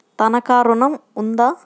తనఖా ఋణం ఉందా?